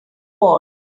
ward